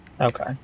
Okay